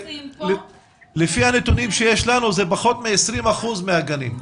לפי הנתונים שלנו זה פחות מ-20% מהגנים,